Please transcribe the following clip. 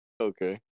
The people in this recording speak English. Okay